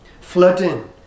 flooding